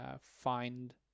find